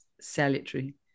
salutary